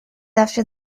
after